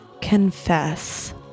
Confess